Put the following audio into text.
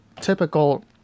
typical